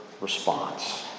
response